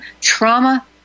trauma